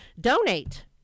donate